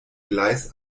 gleis